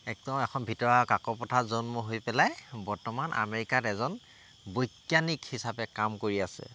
একদম এখন ভিতওৱা কাক'পথাৰ জন্ম হৈ পেলাই বৰ্তমান আমেৰিকাত এজন বৈজ্ঞানিক হিচাপে কাম কৰি আছে